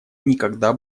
никогда